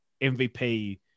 MVP